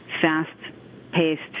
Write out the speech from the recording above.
fast-paced